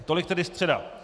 Tolik tedy středa.